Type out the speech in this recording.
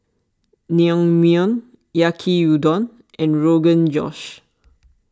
Naengmyeon Yaki Udon and Rogan Josh